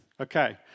Okay